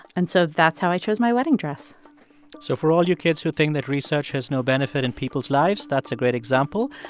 and so that's how i chose my wedding dress so for all your kids who think that research has no benefit in people's lives, that's a great example.